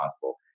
possible